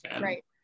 Right